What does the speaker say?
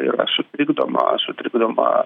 yra sutrikdoma sutrikdoma